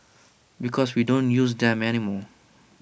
because we don't use them anymore